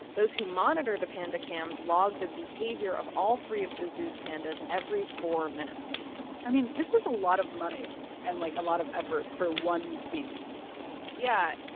those who monitor the panda cams log the behavior of all three of the zoo's pandas every four minutes i mean, this is a lot of money and, like, a lot of effort for one species yeah.